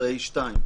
סעיף 13(ה2).